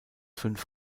fünf